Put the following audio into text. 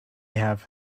have